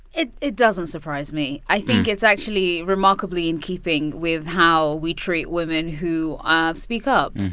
it it doesn't surprise me. i think it's actually remarkably in keeping with how we treat women who ah speak up.